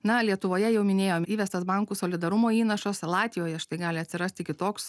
na lietuvoje jau minėjom įvestas bankų solidarumo įnašas latvijoje štai gali atsirasti kitoks